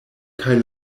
kaj